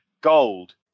gold